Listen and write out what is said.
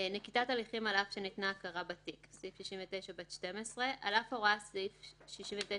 נקיטת הליכים על אף שניתנה הכרה בתיק 69ב12. על אף הוראת סעיף 69ב7,